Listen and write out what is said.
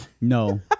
No